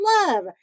love